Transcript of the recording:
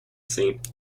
saint